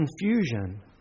confusion